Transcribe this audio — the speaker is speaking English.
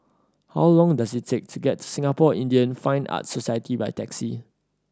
how long does it take to get to Singapore Indian Fine Arts Society by taxi